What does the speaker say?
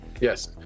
yes